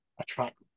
attract